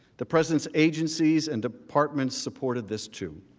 the president agencies and departments supported this to.